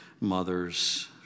mothers